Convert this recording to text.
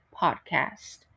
podcast